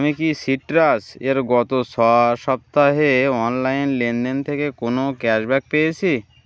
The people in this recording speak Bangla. আমি কি সিট্রাস এর গত স সপ্তাহে অনলাইন লেনদেন থেকে কোনো ক্যাশব্যাক পেয়েছি